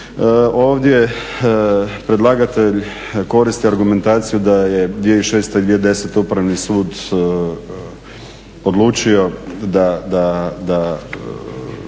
je predlagatelj koristio argumentaciju da je 2006., 2010. Upravni sud odlučio da